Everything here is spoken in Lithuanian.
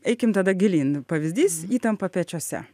eikim tada gilyn pavyzdys įtampa pečiuose